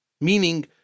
Meaning